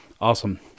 Awesome